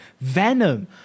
Venom